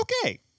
okay